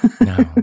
No